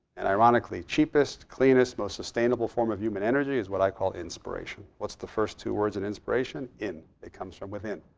and ironically cheapest, cleanest, most sustainable form of human energy is what i call inspiration. what's the first two words in inspiration? in. it comes from within.